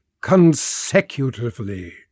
consecutively